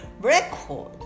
record